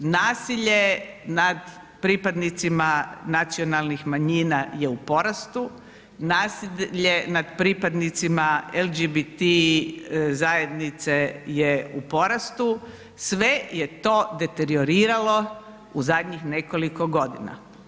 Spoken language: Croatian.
Nasilje nad pripadnicima nacionalnih manjina je u porastu, nasilje nad pripadnicima LGBT zajednice je u porastu, sve je to deterioriralo u zadnjih nekoliko godina.